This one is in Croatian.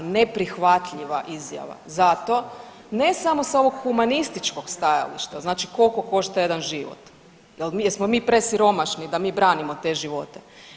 Neprihvatljiva izjava zato ne samo s ovog humanističkog stajališta znači koliko košta jedan život, jesmo mi presiromašni da mi branimo te živote.